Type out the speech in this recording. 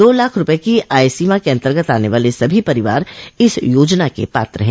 दो लाख रूपये की आय सीमा के अन्तर्गत आने वाले सभी परिवार इस योजना के पात्र है